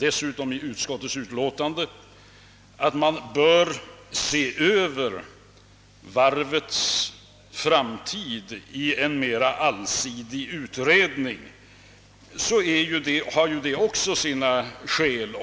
i utskottets utlåtande — att man bör se över varvets framtid i en mera allsidig utredning, så har även det sina skäl.